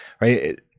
right